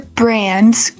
brands